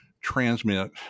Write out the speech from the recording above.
transmit